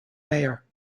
mayor